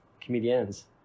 comedians